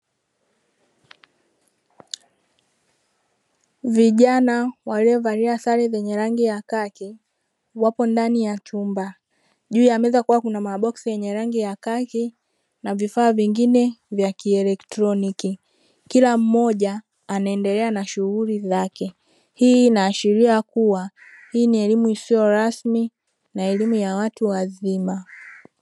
Vijana waliovamia sare zenye rangi ya kaki wapo ndani ya chumba. Juu ya meza kuwa kuna maboksi yenye rangi ya kaki na vifaa vingine vya kielektroniki. Kila mmoja anaendelea na shughuli zake, hii inaashiria kuwa hii ni elimu isiyo rasmi na elimu ya watu wazima.